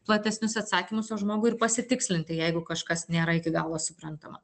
platesnius atsakymus o žmogui ir pasitikslinti jeigu kažkas nėra iki galo suprantama